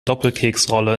doppelkeksrolle